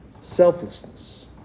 Selflessness